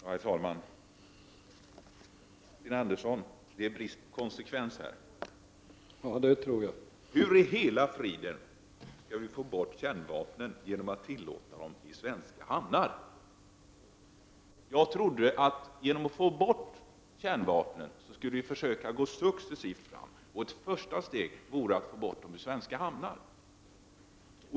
Herr talman! Sten Andersson, det är brist på konsekvens här! Hur i hela friden skall vi få bort kärnvapnen genom att tillåta dem i svenska hamnar? Jag trodde att vi skulle gå successivt fram för att få bort kärnvapnen. Ett första steg vore att få bort dem ur svenska hamnar.